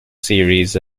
series